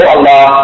Allah